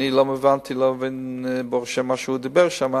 אני לא הבנתי ואני לא מבין מה שהוא אמר שם,